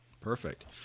perfect